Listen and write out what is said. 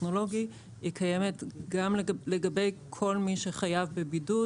טכנולוגי קיימת לגבי כל מי שחייב בבידוד,